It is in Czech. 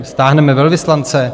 Stáhneme velvyslance?